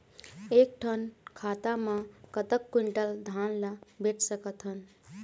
एक ठन खाता मा कतक क्विंटल धान ला बेच सकथन?